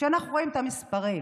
כשאנחנו רואים את המספרים,